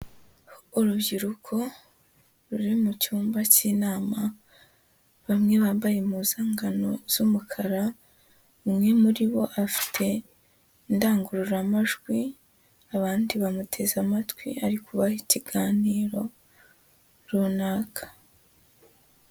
Urubyiruko ruri mu cyumba cy'inama, bamwe bambaye impuzankano z'umukara. Umwe muri bo afite indangururamajwi, abandi bamuteze amatwi ari kubaha ikiganiro runaka.